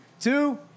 two